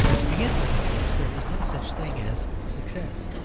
to begin with, of course, there is no such thing as success.